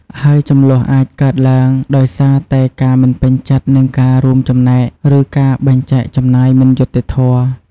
ហើយជម្លោះអាចកើតឡើងដោយសារតែការមិនពេញចិត្តនឹងការរួមចំណែក ឬការបែងចែកចំណាយមិនយុត្តិធម៌។